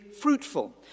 fruitful